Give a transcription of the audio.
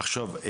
עכשיו,